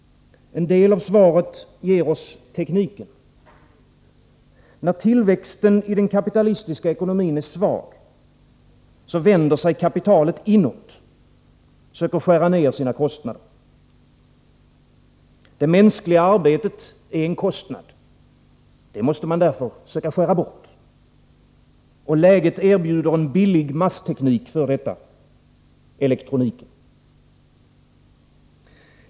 En del av svaret ger oss tekniken. När tillväxten i den kapitalistiska ekonomin är svag, vänder sig kapitalet inåt, söker skära ner sina kostnader. Det mänskliga arbetet är en kostnad, det måste man därför söka skära bort. Och läget erbjuder en billig massteknik för detta — elektroniken.